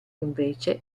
invece